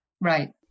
right